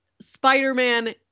Spider-Man